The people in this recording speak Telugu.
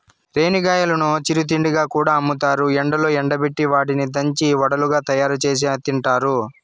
రేణిగాయాలను చిరు తిండిగా కూడా అమ్ముతారు, ఎండలో ఎండబెట్టి వాటిని దంచి వడలుగా తయారుచేసి తింటారు